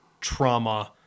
trauma